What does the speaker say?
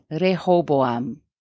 Rehoboam